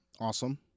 Awesome